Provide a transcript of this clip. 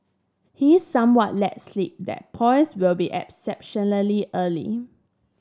he somewhat let slip that polls will be exceptionally early